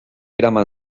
eraman